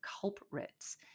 culprits